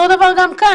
אותו דבר גם כאן,